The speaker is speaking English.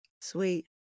Sweet